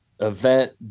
event